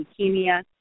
leukemia